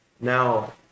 now